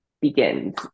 begins